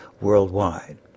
worldwide